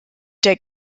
der